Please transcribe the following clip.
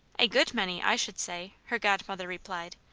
a good many, i should say, her godmother replied.